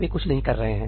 वे कुछ नहीं कर रहे हैं